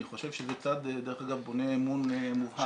אני חושב שזה צעד בונה אמון מובהק.